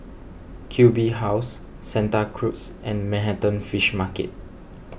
Q B House Santa Cruz and Manhattan Fish Market